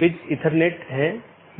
हैं या नहीं